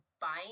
buying